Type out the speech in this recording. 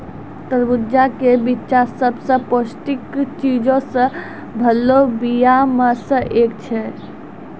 तरबूजा के बिच्चा सभ से पौष्टिक चीजो से भरलो बीया मे से एक छै